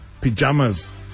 pajamas